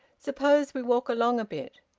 suppose we walk along a bit.